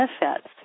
benefits